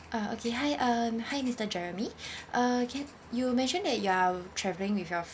uh okay hi um hi mister jeremy uh can you mentioned that you are travelling with your